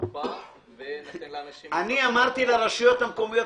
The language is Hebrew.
הקופה וניתן לאנשים --- אני אמרתי לרשויות המקומיות,